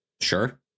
Sure